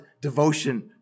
devotion